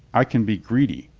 i can be greedy,